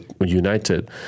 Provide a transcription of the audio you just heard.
united